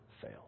fail